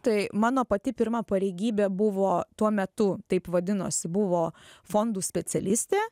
tai mano pati pirma pareigybė buvo tuo metu taip vadinosi buvo fondų specialistė